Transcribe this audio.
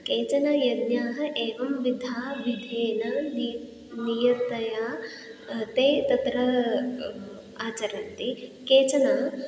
केचन यज्ञाः एवं विधाः विधेन नि नियतया ते तत्र आचरन्ति केचन